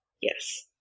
Yes